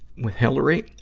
with hilary.